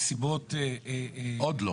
עוד לא.